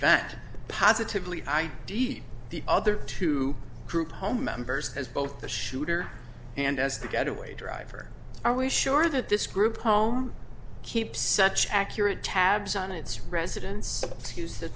that positively i d d the other two group home members as both the shooter and as the getaway driver are we sure that this group home keeps such accurate tabs on its residents to use the